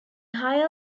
higher